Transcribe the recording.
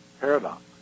paradox